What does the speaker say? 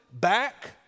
back